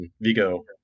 Vigo